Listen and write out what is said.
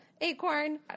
acorn